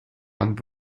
and